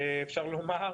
אפשר לומר,